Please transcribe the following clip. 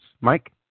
Mike